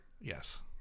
Yes